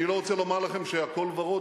אני לא רוצה לומר לכם שהכול ורוד,